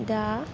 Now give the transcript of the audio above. दा